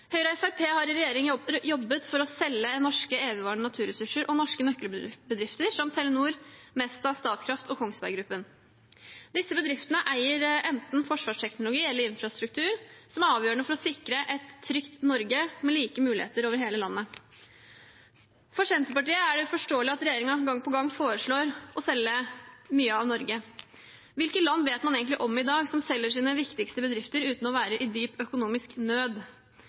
Høyre og Fremskrittspartiet har i regjering jobbet for å selge norske evigvarende naturressurser og norske nøkkelbedrifter, som Telenor, Mesta, Statkraft og Kongsberg Gruppen. Disse bedriftene eier enten forsvarsteknologi eller infrastruktur, som er avgjørende for å sikre et trygt Norge med like muligheter over hele landet. For Senterpartiet er det uforståelig at regjeringen gang på gang foreslår å selge mye av Norge. Hvilke land vet man egentlig om i dag som selger sine viktigste bedrifter uten å være i dyp økonomisk nød?